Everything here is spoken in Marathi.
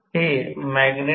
तर हा भाग PG आहे